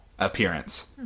appearance